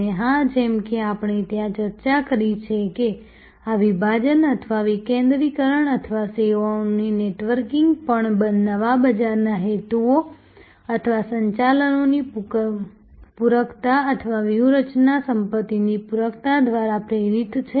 અને હા જેમ કે આપણે ત્યાં ચર્ચા કરી છે કે આ વિભાજન અથવા વિકેન્દ્રીકરણ અથવા સેવાઓનું નેટવર્કીંગ પણ નવા બજારના હેતુઓ અથવા સંસાધનોની પૂરકતા અથવા વ્યૂહાત્મક સંપત્તિની પૂરકતા દ્વારા પ્રેરિત છે